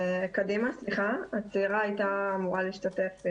הצעירה הייתה אמורה להשתתף.